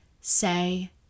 Say